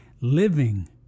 living